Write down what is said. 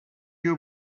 you